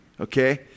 Okay